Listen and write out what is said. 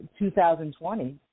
2020